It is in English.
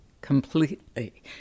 completely